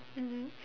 mmhmm